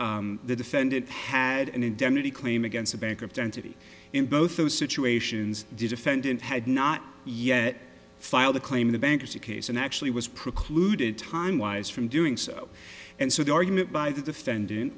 the defendant had an indemnity claim against a bankrupt entity in both those situations defendant had not yet filed a claim the bankruptcy case and actually was precluded time wise from doing so and so the argument by the defendant